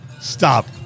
Stop